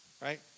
right